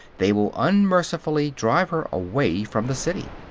they will unmercifully drive her away from the city.